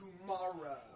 tomorrow